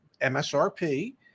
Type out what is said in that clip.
MSRP